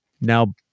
Now